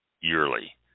yearly